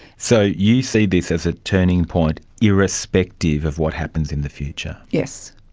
so you see this as a turning point irrespective of what happens in the future. yes.